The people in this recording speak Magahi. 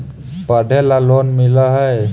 पढ़े ला लोन मिल है?